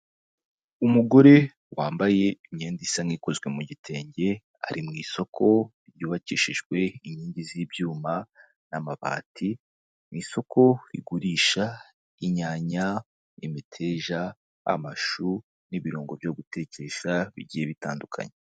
Umugore wambaye imyenda isa n'ikozwe mu gitenge ari mu isoko ryubakishijwe inkingi z'ibyuma, amabati, ni isoko igurisha inyanya, imiteja, amashu n'ibirungo byo gutekesha bigiye bitandukanye.